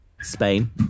Spain